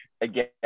again